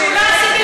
תשמעי,